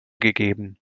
gegeben